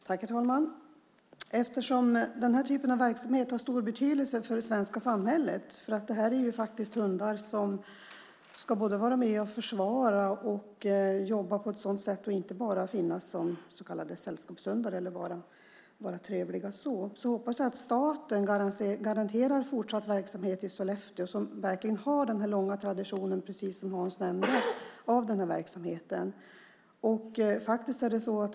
Herr talman! Den här typen av verksamhet har stor betydelse för det svenska samhället. Detta är hundar som ska vara med och försvara och jobba på ett sådant sätt och inte bara finnas som så kallade sällskapshundar eller för att vara trevliga. Jag hoppas att staten garanterar fortsatt verksamhet i Sollefteå. Där har man en lång tradition av verksamheten, precis som Hans nämnde.